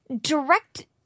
Direct